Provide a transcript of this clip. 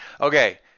Okay